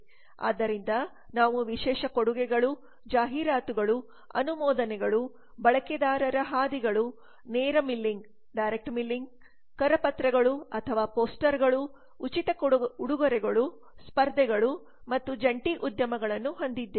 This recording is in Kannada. ಆದ್ದರಿಂದ ನಾವು ವಿಶೇಷ ಕೊಡುಗೆಗಳು ಜಾಹೀರಾತುಗಳು ಅನುಮೋದನೆಗಳು ಬಳಕೆದಾರರ ಹಾದಿಗಳು ನೇರ ಮಿಲ್ಲಿಂಗ್ ಕರಪತ್ರಗಳು ಅಥವಾ ಪೋಸ್ಟರ್ಗಳು ಉಚಿತ ಉಡುಗೊರೆಗಳು ಸ್ಪರ್ಧೆಗಳು ಮತ್ತು ಜಂಟಿ ಉದ್ಯಮಗಳನ್ನು ಹೊಂದಿದ್ದೇವೆ